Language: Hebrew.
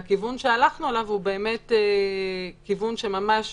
והכיוון שהלכנו עליו הוא כיוון שממש